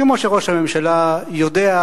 כמו שראש הממשלה יודע,